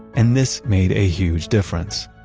and this made a huge difference.